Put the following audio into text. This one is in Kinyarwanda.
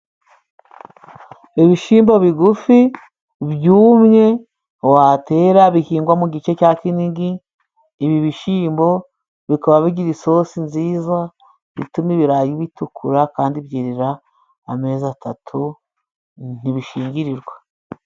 Ibishimbo bigufi byumye watera bihingwa mu gice cya kinigi; ibi bishyimbo bikaba bigira isosi nziza ituma ibirayi bitukura, kandi byerera amezi atatu ntibishingirirwa.